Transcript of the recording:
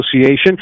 association